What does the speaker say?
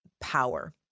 power